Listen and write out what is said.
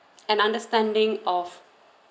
an understanding of